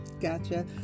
Gotcha